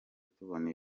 tubona